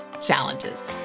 challenges